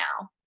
now